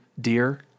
dear